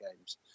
games